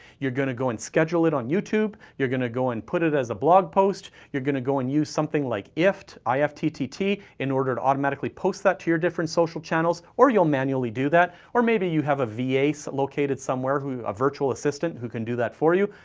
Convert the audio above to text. you're gonna go and schedule it on youtube, you're gonna go and put it as a blog post, you're gonna go and use something like ifttt, i f t t t, in order to automatically post that to your different social channels, or you'll manually do that, or maybe you have a va so located somewhere, a virtual assistant, who can do that for you.